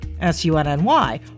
S-U-N-N-Y